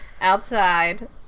outside